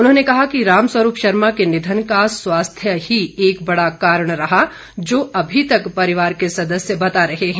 उन्होंने कहा कि राम स्वरूप शर्मा के निधन का स्वास्थ्य ही एक बड़ा कारण रहा जो अभी तक परिवार के सदस्य बता रहे हैं